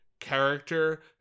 Character